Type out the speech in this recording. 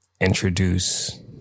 introduce